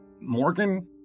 Morgan